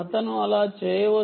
అతను అలా చేయవచ్చు